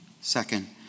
Second